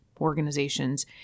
organizations